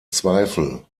zweifel